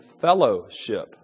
fellowship